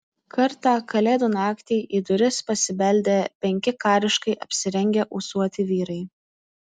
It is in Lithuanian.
kartą kalėdų naktį į duris pasibeldė penki kariškai apsirengę ūsuoti vyrai